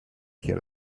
her